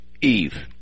Eve